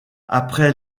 après